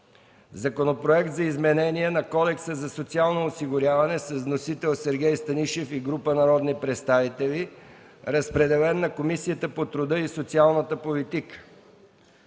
Законопроект за изменение на Кодекса за социално осигуряване. Вносители са Сергей Станишев и група народни представители. Водеща е Комисията по труда и социалната политика.